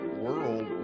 world